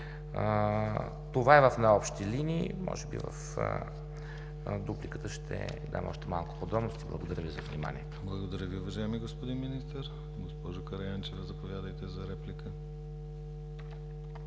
Това е в най-общи линии. Може би в дупликата ще дам още малко подробности. Благодаря Ви за вниманието. ПРЕДСЕДАТЕЛ ДИМИТЪР ГЛАВЧЕВ: Благодаря Ви, уважаеми господин Министър. Госпожо Караянчева, заповядайте за реплика.